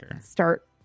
start